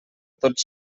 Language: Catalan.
tots